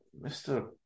Mr